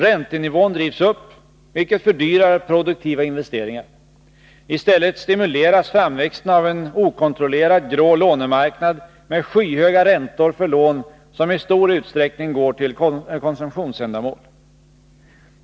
Räntenivån drivs upp, vilket fördyrar produktiva investeringar. I stället stimuleras framväxten av en okontrollerad grå lånemarknad med skyhöga räntor för lån som i stor utsträckning går till konsumtionsändamål.